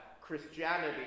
Christianity